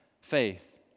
faith